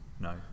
No